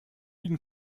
ihn